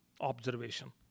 observation